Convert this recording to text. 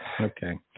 Okay